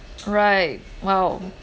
right !wow!